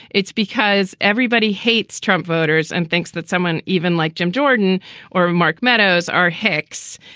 it's because everybody hates trump voters and thinks that someone, even like jim jordan or mark meadows are hicks.